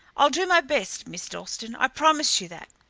i'll do my best, miss dalstan, i promise you that.